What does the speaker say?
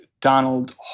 Donald